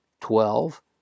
twelve